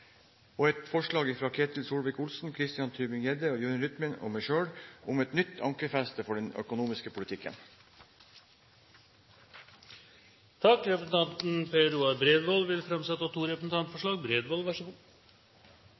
og meg selv legge fram et forslag om et nytt ankerfeste for den økonomiske politikken. Representanten Per Roar Bredvold vil framsette to representantforslag.